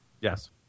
Yes